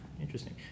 Interesting